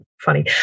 funny